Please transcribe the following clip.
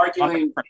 arguing